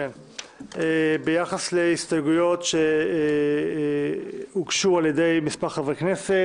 על ההסתייגויות שהוגשו על ידי חברת הכנסת